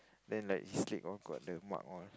then like skid lor got the mud all